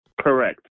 Correct